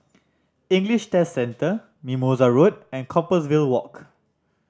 English Test Centre Mimosa Road and Compassvale Walk